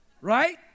Right